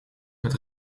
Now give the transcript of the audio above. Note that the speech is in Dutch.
met